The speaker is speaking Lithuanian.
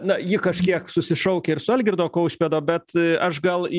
na ji kažkiek susišaukia ir su algirdo kaušpėdo bet aš gal